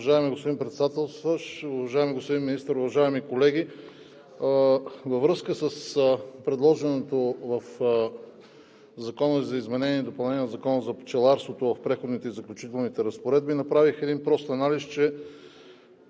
Уважаеми господин Председателстващ, уважаеми господин Министър, уважаеми колеги! Във връзка с предложеното в Закона за изменение и допълнение на Закона за пчеларството в Преходни и заключителни разпоредби направих един прост анализ, че